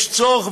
יש צורך